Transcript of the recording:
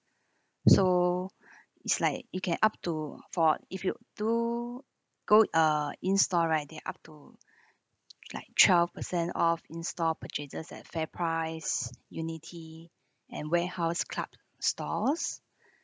so is like you can up to for if you do go uh install right they up to like twelve percent of install purchases at fair price unity and warehouse club stores